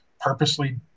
purposely